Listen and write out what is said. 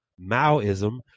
Maoism